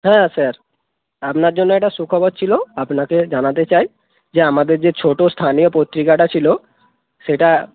হ্যাঁ স্যার আপনার জন্য একটা সুখবর ছিলো আপনাকে জানাতে চাই যে আমাদের যে ছোটো স্থানীয় পত্রিকাটা ছিল সেটা